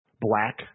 Black